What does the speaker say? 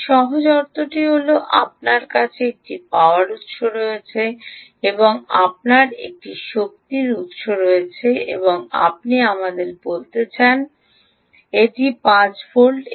এর সহজ অর্থটি হল আপনার কাছে একটি পাওয়ার উত্স রয়েছে আপনার একটি শক্তি উৎস রয়েছে এবং আপনি আমাদের বলতে চান এটি 5 ভোল্ট